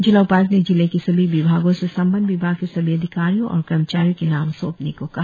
जिला उपाय्क्त ने जिले के सभी विभागों से संबंद्ध विभाग के सभी अधिकारियों और कर्मचारियों के नाम सौंपने को कहा